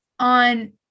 On